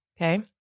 Okay